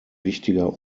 wichtiger